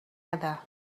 other